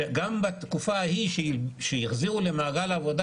גם בתקופה ההיא כשהחזירו למעגל העבודה